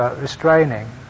restraining